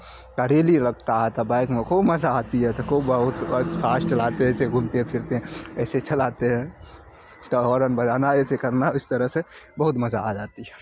کا ریلی لگتا ہے تب بائک میں خوب مزہ آتی ہے تو خوب بہت فاسٹ چلاتے ہیں ایسے گھومتے ہیں فرتے ہیں ایسے چلاتے ہیں تو ہارن بجانا ایسے کرنا اس طرح سے بہت مزہ آ جاتی ہے